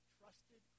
trusted